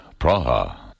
Praha